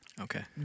Okay